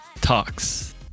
Talks